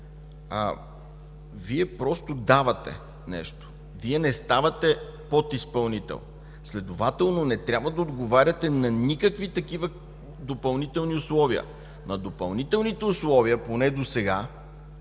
Вие просто давате нещо. Вие не ставате подизпълнител, следователно не трябва да отговаряте на никакви такива допълнителни условия. На допълнителните условия, поне досега,